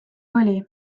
oli